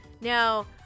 Now